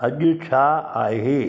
अॼु छा आहे